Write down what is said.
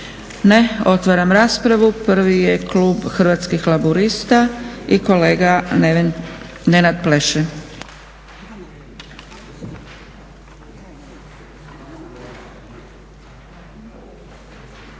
Ne. Otvaram raspravu. Prvi je klub Hrvatskih laburista i kolega Nenad Pleše.